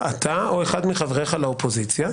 זה עדיין לא אישון לילה.